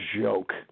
joke